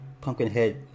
Pumpkinhead